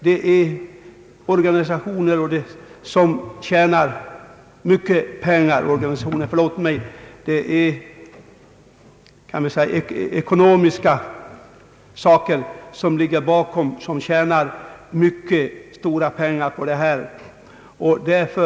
Vi får väl säga att det finns starka ekonomiska intressen bakom detta och att det är mycket stora pengar att förtjäna på detta område.